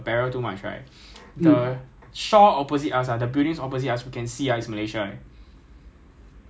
uh that : to fly over to the shore lah but it will fly over the line lah then into Malaysia detect we die lah